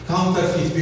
Counterfeit